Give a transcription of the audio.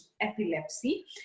epilepsy